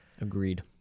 Agreed